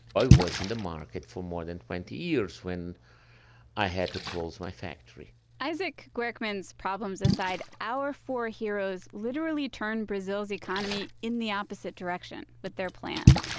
i was in the market for more than twenty years when i had to close my factory isaac guercman's problems aside, our four heroes literally returned brazil's economy in the opposite direction with their plan.